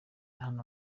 hano